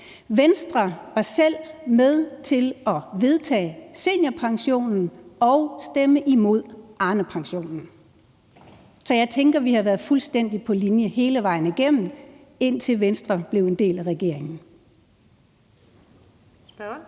Venstre var selv med til at vedtage seniorpensionen og stemme imod Arnepensionen. Så jeg tænker, at vi har været fuldstændig på linje hele vejen igennem, indtil Venstre blev en del af regeringen.